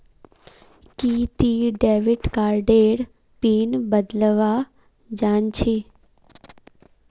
कि ती डेविड कार्डेर पिन बदलवा जानछी